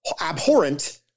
abhorrent